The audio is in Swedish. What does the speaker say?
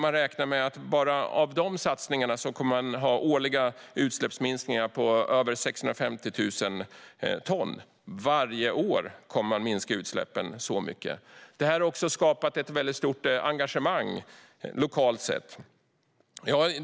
Man räknar med att av bara dessa satsningar kommer det att bli årliga utsläppsminskningar på över 650 000 ton per år. Varje år kommer man alltså att minska utsläppen med så mycket. Det här har också skapat ett väldigt stort lokalt engagemang.